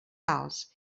alts